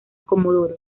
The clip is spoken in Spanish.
comodoro